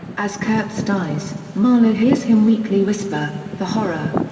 as kurtz dies, marlow hears him weakly whisper the horror!